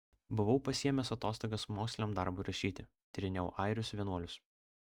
buvau pasiėmęs atostogas moksliniam darbui rašyti tyrinėjau airius vienuolius